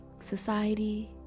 Society